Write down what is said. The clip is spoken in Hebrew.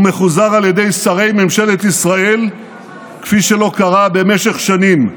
הוא מחוזר על ידי שרי ממשלת ישראל כפי שלא קרה במשך שנים.